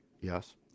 Yes